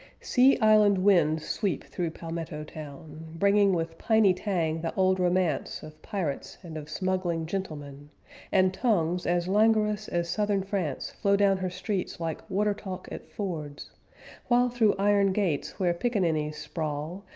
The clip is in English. sea-island winds sweep through palmetto town, bringing with piney tang the old romance of pirates and of smuggling gentlemen and tongues as languorous as southern france flow down her streets like water-talk at fords while through iron gates where pickaninnies sprawl,